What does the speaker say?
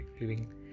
living